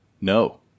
no